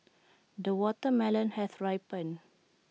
the watermelon has ripened